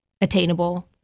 attainable